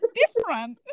different